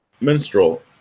minstrel